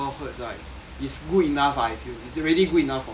it's good enough ah I feel it's already good enough for me ah